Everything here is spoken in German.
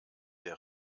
der